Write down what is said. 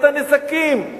את הנזקים.